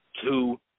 two